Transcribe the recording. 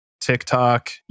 TikTok